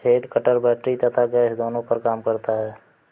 head cutter battery तथा gas दोनों पर काम करता है